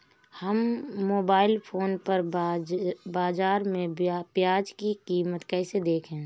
हम mobile phone पर बाज़ार में प्याज़ की कीमत कैसे देखें?